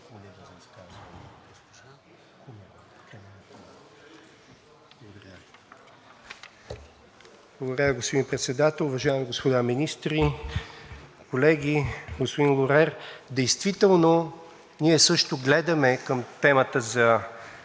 Ви, господин Председател. Уважаеми господа министри, колеги, господин Лорер! Действително, ние също гледаме към темата за предоставяне на оръжие през ключа за модернизацията на Българската армия и поради тази причина...